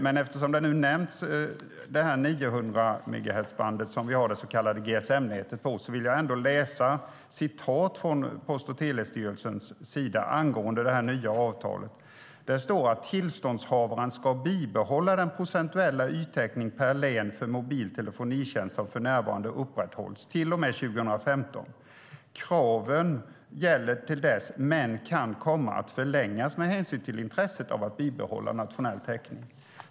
Men eftersom det här 900-megahertzbandet, som vi har det så kallade GSM-nätet på, nämns vill jag ändå läsa från Post och telestyrelsens sida angående det här nya avtalet. Där står att tillståndshavaren ska bibehålla den procentuella yttäckning per län för mobil telefonitjänst som för närvarande upprätthålls till och med 2015. Kraven gäller till dess men kan komma att förlängas med hänsyn till intresset av att bibehålla nationell täckning.